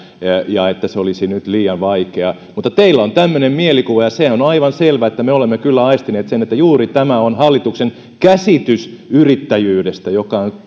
ja että se olisi nyt liian vaikeaa mutta teillä on tämmöinen mielikuva ja sehän on aivan selvää me olemme kyllä aistineet sen että juuri tämä on hallituksen käsitys yrittäjyydestä